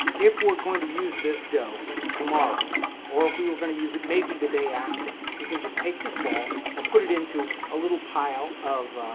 if we're going to use this dough tomorrow or if we're going to use it maybe the day after, we can just take this ball and put it into a little pile of